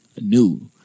new